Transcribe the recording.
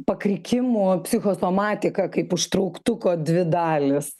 pakrikimo psichosomatika kaip užtrauktuko dvi dalys